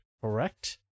correct